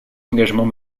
engagements